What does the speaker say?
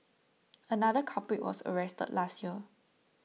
another culprit was arrested last year